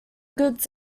goods